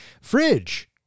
Fridge